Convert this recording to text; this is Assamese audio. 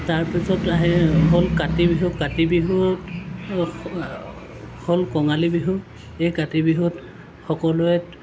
তাৰপিছত আহে হ'ল কাতি বিহু কাতি বিহু হ'ল কঙালী বিহু এই কাতি বিহুত সকলোৱে